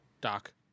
Doc